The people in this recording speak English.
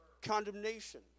condemnation